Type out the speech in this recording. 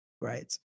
right